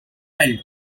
held